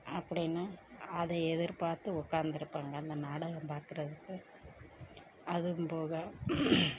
அப்படின்னு அதை எதிர்பார்த்து உக்காந்துருப்பேங்க அந்த நாடகம் பார்க்கறதுக்கு அதுவும் போக